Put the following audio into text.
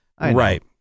Right